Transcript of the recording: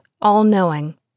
all-knowing